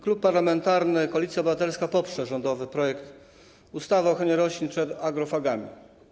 Klub Parlamentarny Koalicja Obywatelska poprze rządowy projekt ustawy o ochronie roślin przed agrofagami.